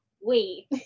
wait